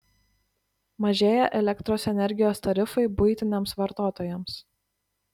mažėja elektros energijos tarifai buitiniams vartotojams